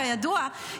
כידוע,